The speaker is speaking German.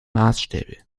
maßstäbe